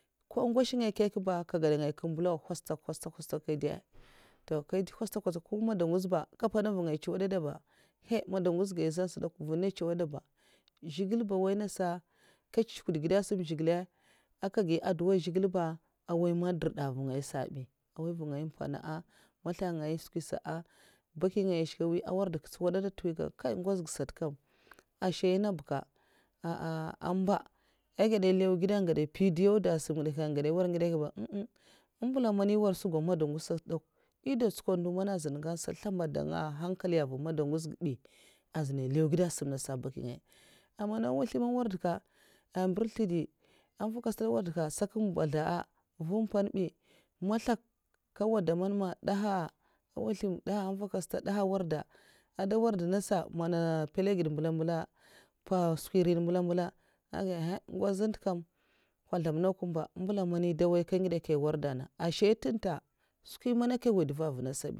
Nko ngwash kyèkyè ba nga gadangai nga mbilau v ngaya nhwustak nhwustak kè dèi ko madwangwaz ba aka mpèna nvu ngaya tsuwadada'a haii madwamgwoz masli nas dè kw' mvuna nènga mpèna ntsuwadada'a zhigilè a woy nasa nga chwukdugèd a sam zhigilè nkè gin naddua aka gi addua a zhigilè ba awai man dirda avunga ngaya sa bi nga vangaya mpana a matslak ngai n'skwi sa an baki ngaya ashkè mwi arak dèk kakyè mpèna'tsuwadada'a azun kai ngwoz nga sata kam ana ashè nènga buka amba èhn gèda nlèw ngèd aga ndè mpidi a sam ngidè aga da nwr ngidè ba uhm uhm ambula man è'gada nwar nsuga madwamgwoz sata dè kw' èh da tskwa ndo man zinè man nzlèmbad hankali a madwangwoz bi azina nlèw n'gèd asam nasa n' baki ngaya, aman ngwozlèm anwardèka mbèrzl ntè di an mvèk a stad um mwar dè ka an sak mbazla a mvum mpèn bi, mazlèk nga ngwudè man man ndèha ngozlèm ndèha unvèk stad ndèha a a warda, ndè warda nasa mana mpèna ngèd mbula mbulan mpa n skwi nri nènga mbula mbula a gèd hyuuuung ngwoz ntè kam nkozlèm nènga nkumba mbulam man èh ndè n'woy ngidè nkè nkè nwarda na'ashè ntun ntè skwi mana nga ngwod mva vana sabi